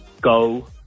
go